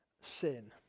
sin